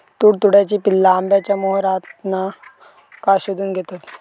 तुडतुड्याची पिल्ला आंब्याच्या मोहरातना काय शोशून घेतत?